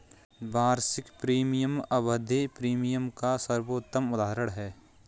वार्षिक प्रीमियम आवधिक प्रीमियम का सर्वोत्तम उदहारण है